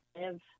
live